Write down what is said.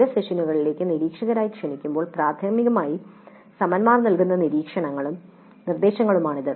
ചില സെഷനുകളിലേക്ക് നിരീക്ഷകരായി ക്ഷണിക്കുമ്പോൾ പ്രാഥമികമായി സമന്മാർ നൽകുന്ന നിരീക്ഷണങ്ങളും നിർദ്ദേശങ്ങളുമാണ് ഇത്